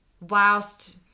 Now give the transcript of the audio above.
whilst